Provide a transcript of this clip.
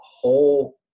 whole